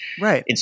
right